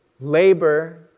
labor